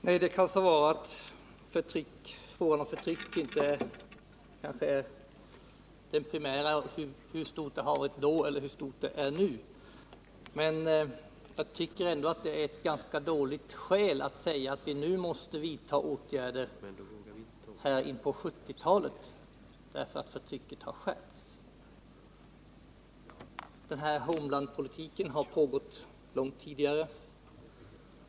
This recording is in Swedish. Herr talman! Det kan så vara att frågan om hur stort förtrycket har varit då eller nu inte är den primära frågan. Men jag tycker ändå att det är ett ganska dåligt skäl att säga att vi nu här inpå 1970-talet måste vidta åtgärder därför att förtrycket har skärpts. Hemlandspolitiken har pågått långt tidigare.